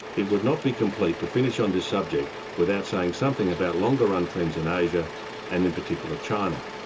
it would not be complete to finish on this subject without saying something about longer-run trends in asia and in particular, china.